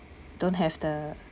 don't have the